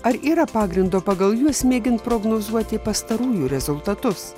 ar yra pagrindo pagal juos mėgint prognozuoti pastarųjų rezultatus